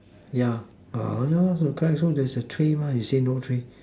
yeah no no no I was trying to say there was a tray mah then you say no tray